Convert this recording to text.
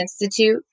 Institute